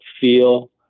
feel